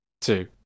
two